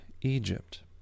Egypt